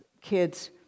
kids